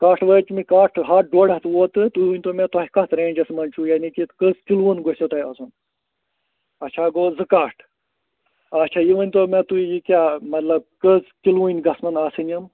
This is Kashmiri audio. کَٹھ وٲتۍ مےٚ کَٹھ ہَتھ ڈۄڈھ ہَتھ ووت تہٕ تُہۍ ؤنۍ تو مےٚ تۄہہِ کَتھ رینٛجَس منٛز چھُو یعنی کہ کٔژ کِلوُن گژھوٕ تۄہہِ آسُن آچھا گوٚو زٕ کَٹھ آچھا یہِ ؤنۍ تو مےٚ تُہۍ یہِ کیٛاہ مطلب کٕژ کِلوٕنۍ گژھیٚن آسٕنۍ یِم